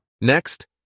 Next